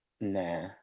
Nah